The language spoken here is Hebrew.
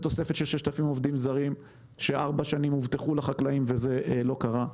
תוספת של 6,000 עובדים זרים שהובטחו במשך ארבע שנים לחקלאים וזה לא קרה.